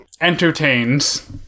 entertains